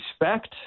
respect